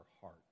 heart